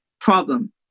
problem